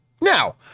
Now